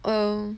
err